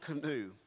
canoe